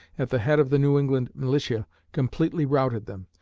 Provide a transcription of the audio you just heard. at the head of the new england militia, completely routed them.